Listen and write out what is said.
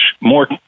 more